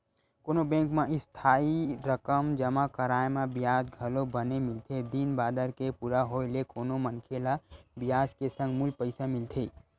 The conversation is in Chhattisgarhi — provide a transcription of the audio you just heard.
कोनो बेंक म इस्थाई रकम जमा कराय म बियाज घलोक बने मिलथे दिन बादर के पूरा होय ले कोनो मनखे ल बियाज के संग मूल पइसा मिलथे